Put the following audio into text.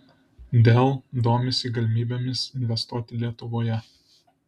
dell domisi galimybėmis investuoti lietuvoje